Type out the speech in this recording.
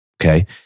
okay